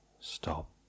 stop